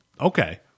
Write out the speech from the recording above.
Okay